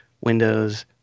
Windows